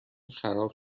خراب